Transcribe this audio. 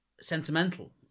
sentimental